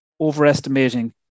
overestimating